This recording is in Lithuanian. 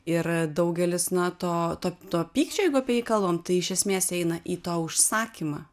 ir daugelis na to to to pykčio jeigu kalbam tai iš esmės eina į tą užsakymą